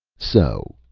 so!